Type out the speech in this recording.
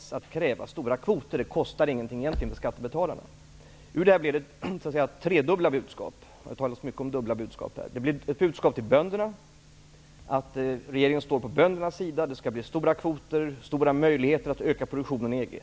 Den kritiken kvarstår i de frågor som inte gäller positionerna. Det är riktigt. Ur detta kom det fram tredubbla budskap. Det har talats mycket om dubbla budskap här. Det blev ett budskap till bönderna om att regeringen står på böndernas sida. Det skall bli stora kvoter och stora möjligheter att öka produktionen när vi kommer med i EG.